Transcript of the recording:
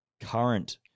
current